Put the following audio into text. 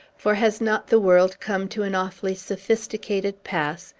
for, has not the world come to an awfully sophisticated pass,